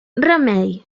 remei